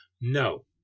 No